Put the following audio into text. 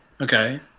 Okay